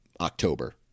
October